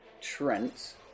Trent